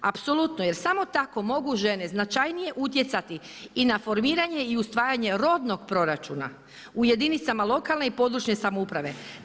Apsolutno, jer samo tako mogu žene značajnije utjecati i na formiranje i usvajanje robnog proračuna, u jedinicama lokalne i područne samouprave.